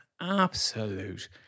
absolute